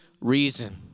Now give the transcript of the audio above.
reason